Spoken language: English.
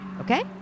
okay